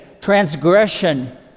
transgression